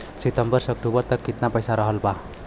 सितंबर से अक्टूबर तक कितना पैसा रहल ह?